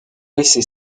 laisser